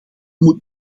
moet